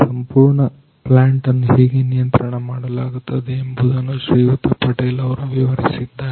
ಸಂಪೂರ್ಣ ಪ್ಲಾಂಟನ್ನು ಹೇಗೆ ನಿಯಂತ್ರಣ ಮಾಡಲಾಗುತ್ತದೆ ಎಂಬುದನ್ನು ಶ್ರೀಯುತ ಪಟೇಲ್ ಅವರು ವಿವರಿಸಿದ್ದಾರೆ